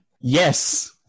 Yes